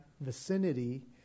vicinity